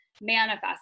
manifest